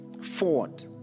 forward